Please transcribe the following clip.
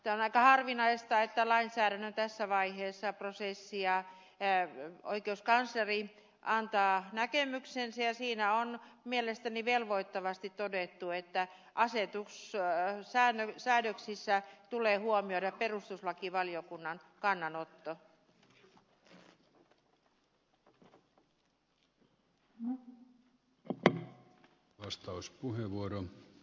on aika harvinaista että tässä vaiheessa lainsäädäntöprosessia oikeuskansleri antaa näkemyksensä ja siinä on mielestäni velvoittavasti todettu että asetussäädöksissä tulee huomioida perustuslakivaliokunnan kannanotto